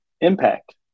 impact